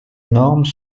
normes